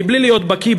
מבלי להיות בקי,